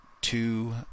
two